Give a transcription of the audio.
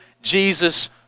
jesus